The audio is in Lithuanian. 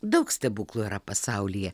daug stebuklų yra pasaulyje